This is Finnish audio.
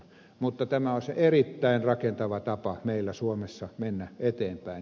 mutta tämä olisi erittäin rakentava tapa meillä suomessa mennä eteenpäin